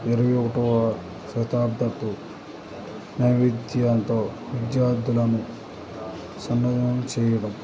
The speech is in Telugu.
ఇరవై ఒకటవ శతాబ్దతపు విద్యతో విద్యార్థులను సన్నాహం చేయడం